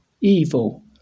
Evil